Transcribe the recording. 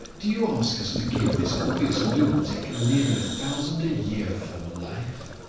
do you ask us to give this obvious lunatic nearly a thousand a year for life?